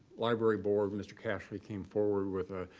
library board, mr. casterly came forward with a